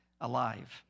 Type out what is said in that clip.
alive